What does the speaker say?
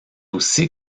aussi